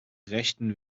rechten